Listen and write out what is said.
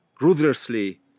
ruthlessly